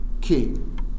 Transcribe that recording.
king